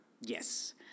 Yes